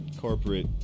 corporate